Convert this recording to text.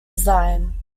design